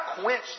quench